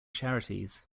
charities